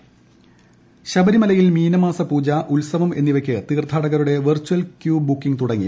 ശബരിമല ശബരിമലയിൽ മീനമാസ പൂജ ഉത്സവം എന്നിവയ്ക്ക് തീർത്ഥാടകരുടെ വെർചൽ ക്യൂ ബുക്കിംഗ് തുടങ്ങി